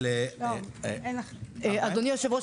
זה לא כולם תיקי תאונות,